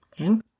Okay